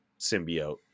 symbiote